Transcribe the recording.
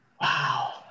Wow